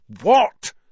What